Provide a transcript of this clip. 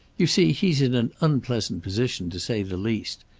you see, he's in an unpleasant position, to say the least.